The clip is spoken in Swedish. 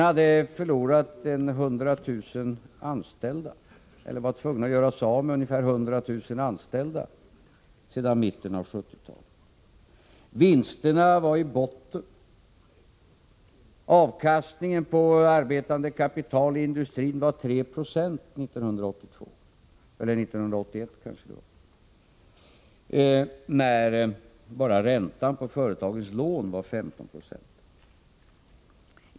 Man hade varit tvungen att göra sig av med ca 100 000 anställda sedan mitten av 1970-talet. Vinsterna var i botten. Avkastningen på arbetande kapital i industrin var 3 96 1981, när bara räntan på företagens lån var 15 90.